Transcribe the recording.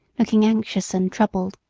looking anxious and troubled.